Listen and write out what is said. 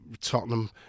Tottenham